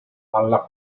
alla